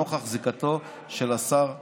נוכח זיקתו של השר הנדל.